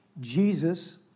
Jesus